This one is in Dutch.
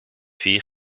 vier